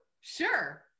sure